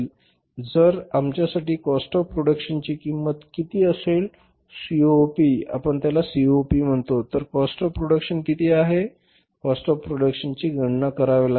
तर आमच्यासाठी cost of प्रोडक्शनची किंमत किती असेल सीओपी आपण याला सीओपी म्हणतो तर काॅस्ट ऑफ प्रोडक्शन किती आहे आम्हाला काॅस्ट ऑफ प्रोडक्शनची गणना करावी लागेल